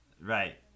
Right